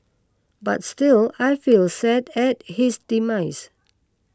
but still I feel sad at his demise